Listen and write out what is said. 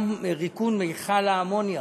גם בריקון מכל האמוניה,